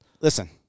listen